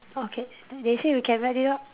okay they say we can wrap it up